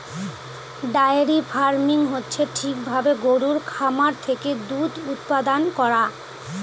diary farming হচ্ছে ঠিক ভাবে গরুর খামার থেকে দুধ উৎপাদান করা